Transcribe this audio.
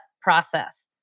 process